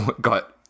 got